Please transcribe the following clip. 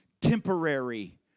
temporary